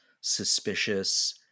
suspicious